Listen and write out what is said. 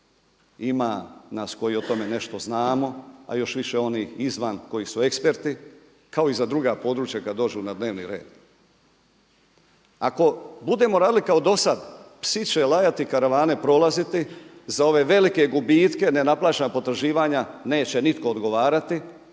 Ima nas koji o tome nešto znamo a još više onih izvan koji su eksperti kao i za druga područja kada dođu na dnevni red. Ako budemo radili kao do sada, psi će lajati, karavane prolaziti, za ove velike gubitke, nenaplaćena potraživanja neće nitko odgovarati